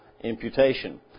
imputation